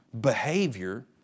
behavior